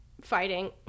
fighting